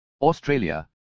Australia